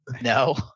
No